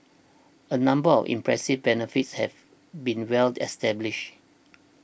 a number of impressive benefits have been well established